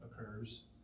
occurs